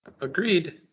Agreed